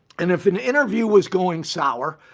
and if an interview was going sour,